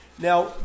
Now